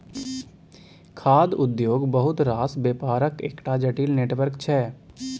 खाद्य उद्योग बहुत रास बेपारक एकटा जटिल नेटवर्क छै